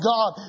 God